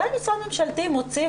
מתי משרד ממשלתי מוציא,